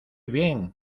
bien